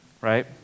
right